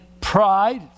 pride